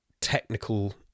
technical